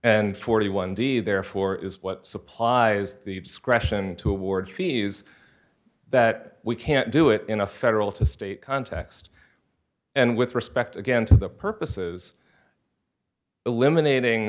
and forty one dollars d therefore is what supplies the discretion to award fees that we can't do it in a federal to state context and with respect again to the purposes eliminating